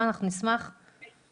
נעשתה בכמה שלבים.